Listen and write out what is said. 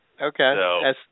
Okay